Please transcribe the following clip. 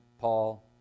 Paul